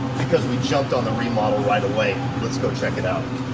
because we jumped on the remodel right away. let's go check it out.